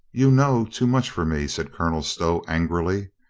you know too much for me, said colonel stow angrily.